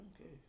Okay